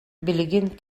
билигин